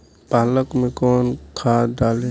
पालक में कौन खाद डाली?